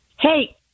Hey